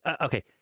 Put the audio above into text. okay